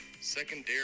Secondary